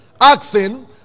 Asking